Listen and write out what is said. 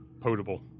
potable